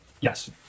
Yes